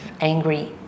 angry